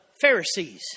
Pharisees